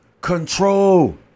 control